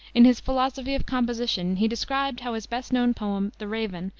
in his philosophy of composition he described how his best known poem, the raven,